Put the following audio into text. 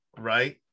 right